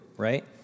Right